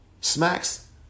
smacks